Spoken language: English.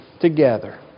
together